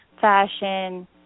fashion